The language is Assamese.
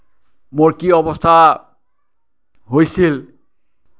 মোৰ কি অৱস্থা হৈছিল